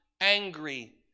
angry